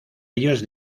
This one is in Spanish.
ellos